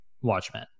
Watchmen